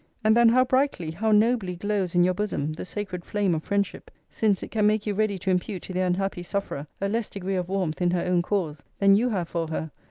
and then how brightly, how nobly glows in your bosom the sacred flame of friendship since it can make you ready to impute to the unhappy sufferer a less degree of warmth in her own cause, than you have for her,